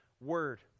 word